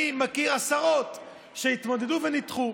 אני מכיר עשרות שהתמודדו ונדחו.